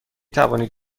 توانید